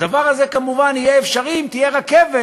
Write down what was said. הדבר הזה כמובן יהיה אפשרי אם תהיה רכבת